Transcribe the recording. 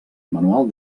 manual